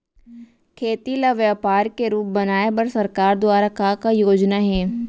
खेती ल व्यापार के रूप बनाये बर सरकार दुवारा का का योजना हे?